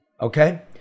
okay